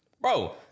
Bro